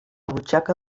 butxaca